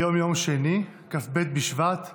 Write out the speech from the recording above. היום יום שני, כ"ב בשבט התשפ"ב,